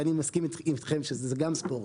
ואני מסכים איתכם שגם זה ספורט,